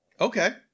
Okay